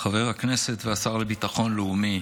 חבר הכנסת והשר לביטחון לאומי